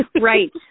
Right